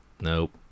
Nope